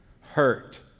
Hurt